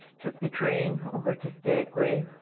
took the train over to skagway,